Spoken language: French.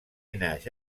nage